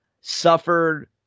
Suffered